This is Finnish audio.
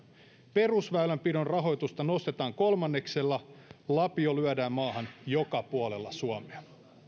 perusväylänpidon rahoitusta nostetaan kolmanneksella lapio lyödään maahan joka puolella suomea